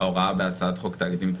ההוראה בהצעת חוק תאגידים ציבוריים,